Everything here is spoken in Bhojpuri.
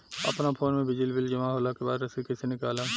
अपना फोन मे बिजली बिल जमा होला के बाद रसीद कैसे निकालम?